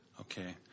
Okay